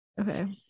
Okay